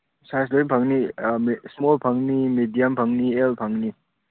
size ꯂꯣꯏ ꯐꯪꯅꯤ small ꯐꯪꯅꯤ ꯃꯦꯗꯤꯌꯝ ꯐꯪꯅꯤ ꯑꯦꯜ ꯐꯪꯅꯤ